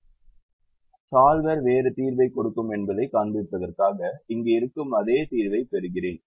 எனவே சாள்வர் வேறு தீர்வைக் கொடுக்கும் என்பதைக் காண்பிப்பதற்காக இங்கே இருக்கும் அதே தீர்வைப் பெறுகிறேன்